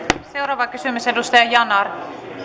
seuraava kysymys edustaja yanar